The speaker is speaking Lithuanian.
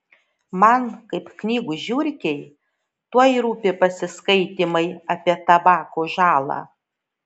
man kaip knygų žiurkei tuoj rūpi pasiskaitymai apie tabako žalą